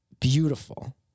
beautiful